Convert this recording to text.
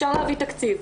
אפשר להביא תקציב.